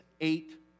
eight